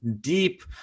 deep